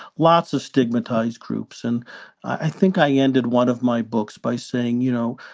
lots of stigmatized groups. and i think i ended one of my books by saying, you know,